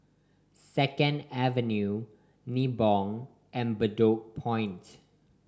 Second Avenue Nibong and Bedok Point